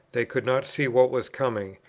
they could not see what was coming,